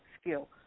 skill